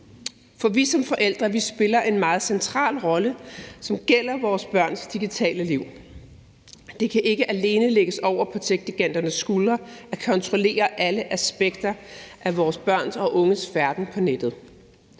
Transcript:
for vi som forældre spiller en meget central rolle, når det gælder vores børns digitale liv. Det kan ikke alene lægges over på techgiganternes skuldre at kontrollere alle aspekter af vores børns og unges færden på nettet.